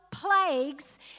plagues